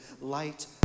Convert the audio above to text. light